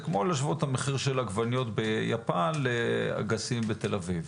זה כמו להשוות את המחיר של עגבניות ביפן לאגסים בתל אביב.